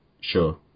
Sure